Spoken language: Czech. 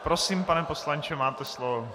Prosím, pane poslanče, máte slovo.